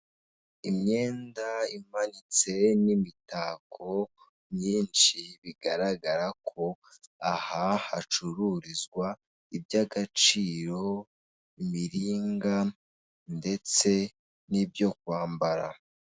Imyenda imanitse n'imitako myinshi bigaragara ko aha hacururizwa iby'agaciro, imiringa ndetse n'ibyo kwambara.